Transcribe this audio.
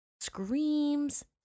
Screams